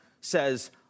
says